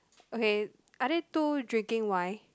okay are they two drinking wine